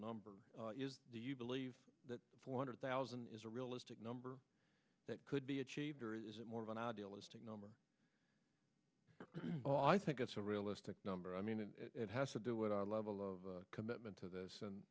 number do you believe that four hundred thousand is a realistic number that could be achieved or is it more of an idealistic number oh i think it's a realistic number i mean and it has to do with our level of commitment to this and